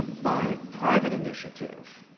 by private initiative,